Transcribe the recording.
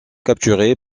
capturé